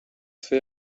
fer